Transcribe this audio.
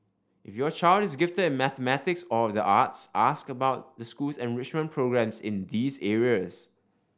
if your child is gifted in mathematics or the arts ask about the school's enrichment programmes in these areas